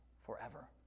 forever